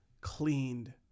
cleaned